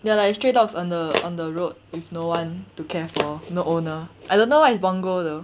they're like stray dogs on the on the road with no one to care for the owner I don't know what is bungou though